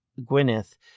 Gwyneth